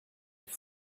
your